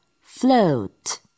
Float